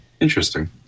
Interesting